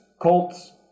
Colts